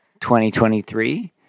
2023